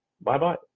Bye-bye